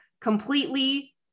completely